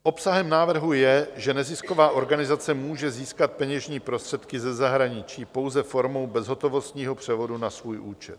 Obsahem návrhu je, že nezisková organizace může získat peněžní prostředky ze zahraničí pouze formou bezhotovostního převodu na svůj účet.